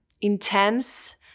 intense